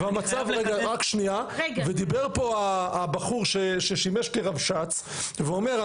דיבר פה הבחור ששימש כרבש"ץ ואומר,